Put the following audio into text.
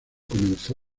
comenzó